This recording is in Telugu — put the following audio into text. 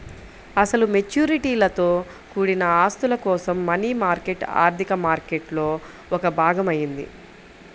అసలు మెచ్యూరిటీలతో కూడిన ఆస్తుల కోసం మనీ మార్కెట్ ఆర్థిక మార్కెట్లో ఒక భాగం అయింది